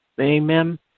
Amen